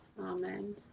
Amen